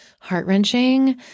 heart-wrenching